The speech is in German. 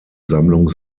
sammlung